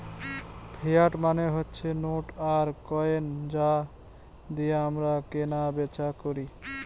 fiat মানে হচ্ছে note আর কয়েন যা দিয়ে আমরা কেনা বেচা করি